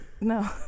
No